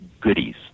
goodies